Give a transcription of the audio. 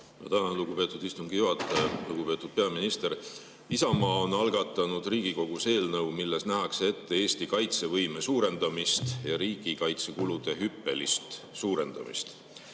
Ma tänan, lugupeetud istungi juhataja. Lugupeetud peaminister! Isamaa on algatanud Riigikogus eelnõu, milles nähakse ette Eesti kaitsevõime suurendamist ja riigikaitsekulude hüppelist suurendamist.